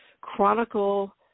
chronicle